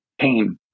pain